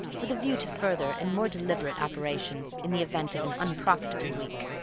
with a view to further and more deliberate operations in the event of an unprofitable week.